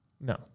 No